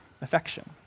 affection